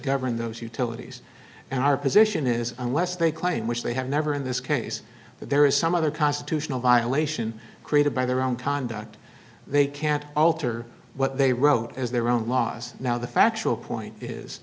govern those utilities and our position is unless they claim which they have never in this case that there is some other constitutional violation created by their own conduct they can't alter what they wrote as their own laws now the factual point is